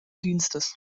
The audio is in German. dienstes